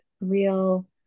real